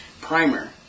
primer